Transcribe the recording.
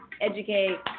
educate